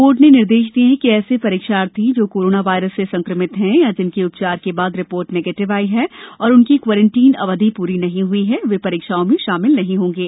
board ने निर्देश दिये हैं कि ऐसे परीक्षार्थी जो कोरोना वायरस से संक्रमित हैं अथवा जिनकी उपचार के बाद रिपोर्ट नेगेटिव आई है और उनकी क्वारंटीन अवधि पूरी नहीं हुई है वे परीक्षाओं में शामिल नहीं होंगे